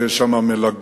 שיש שם מלגות,